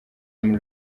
muri